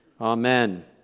Amen